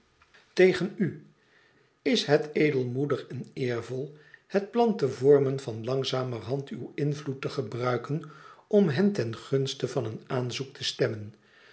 tegen u is het edelmoedig en eervol het plan te vormen van langzamerhand uw invloed te gebruiken om hen ten gunste van een aanzoek te stemmen